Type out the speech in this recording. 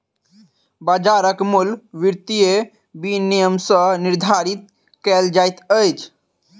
बाजारक मूल्य वित्तीय विनियम सॅ निर्धारित कयल जाइत अछि